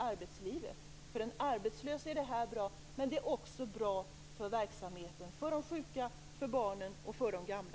Detta är bra för den arbetslöse men också för verksamheten, för de sjuka, för barnen och för de gamla.